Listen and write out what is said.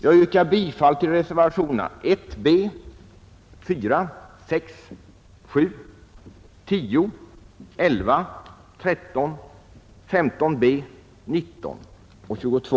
Jag yrkar bifall till reservationerna 1 b, 4, 6, 7 a, 10, 13, 15 b, 19 och 22.